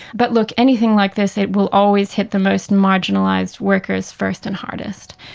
but look, anything like this, it will always hit the most marginalised workers first and hardest.